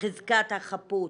חזקת החפות